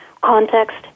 context